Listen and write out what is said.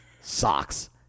socks